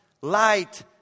light